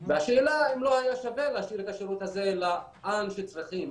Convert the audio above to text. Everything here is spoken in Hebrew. השאלה אם לא היה שווה להשאיר את השירות הזה לאן שצריכים